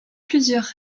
plusieurs